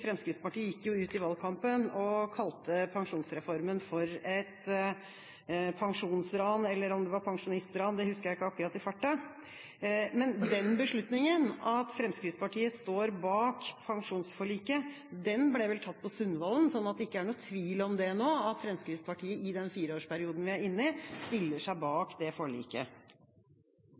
Fremskrittspartiet gikk ut i valgkampen og kalte pensjonsreformen for et pensjonsran – eller om det var pensjonistran, det husker jeg ikke akkurat i farta. Men den beslutninga, at Fremskrittspartiet står bak pensjonsforliket, ble vel tatt på Sundvolden. Så det er vel ikke noen tvil nå om at Fremskrittspartiet i den fireårsperioden vi er inne i, stiller seg bak det forliket?